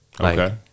Okay